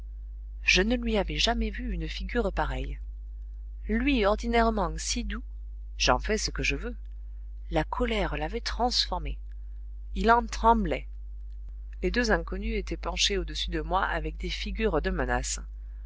je ne lui avais jamais vu une figure pareille lui ordinairement si doux jen fais ce que je veux la colère l'avait transformé il en tremblait les deux inconnus étaient penchés au-dessus de moi avec des figures de menaces